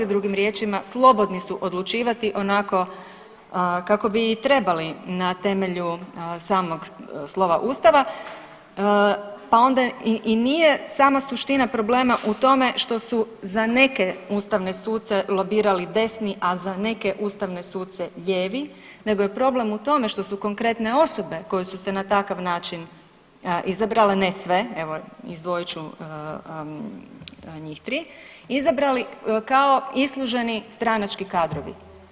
Drugim riječima slobodni su odlučivati onako kako bi i trebali na temelju samog slova Ustava pa onda i nije sama suština problema u tome što su za neke ustavne suce lobirali desni, a za neke ustavne suce lijevi, nego je problem u tome što su konkretne osobe koje su se na takav način izabrale, ne sve, evo izdvojit ću njih 3 izabrali kao isluženi stranački kadrovi.